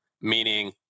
meaning